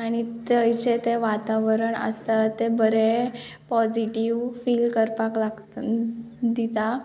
आणी थंयचें तें वातावरण आसता तें बरें पॉजिटीव फील करपाक लागता दिता